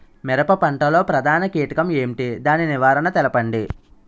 మిరప పంట లో ప్రధాన కీటకం ఏంటి? దాని నివారణ తెలపండి?